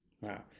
Wow